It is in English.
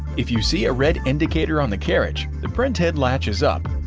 if you see a red indicator on the carriage, the printhead latch is up.